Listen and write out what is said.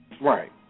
Right